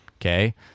Okay